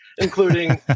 including